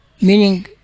Meaning